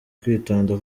kwitonda